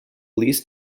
least